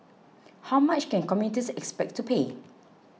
how much can commuters expect to pay